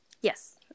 Yes